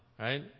Right